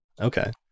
Okay